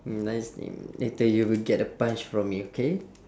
nice name later you will get a punch from me okay